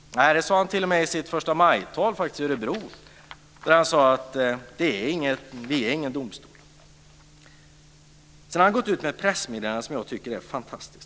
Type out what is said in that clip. Nej, han sade t.o.m. i sitt förstamajtal i Örebro att riksdagen inte är någon domstol. Sedan har han gått ut med ett pressmeddelande som jag tycker är fantastiskt.